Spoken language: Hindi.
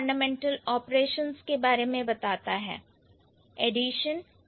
एडिशन सब्सट्रैक्शन मल्टीप्लिकेशन और इन्वर्स अर्थात मल्टीप्लिकेशन का इन्वर्स है डिविजन